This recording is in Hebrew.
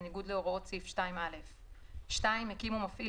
בניגוד להוראות סעיף 2(א); מקים או מפעיל